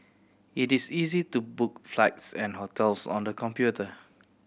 it is easy to book flights and hotels on the computer